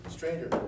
Stranger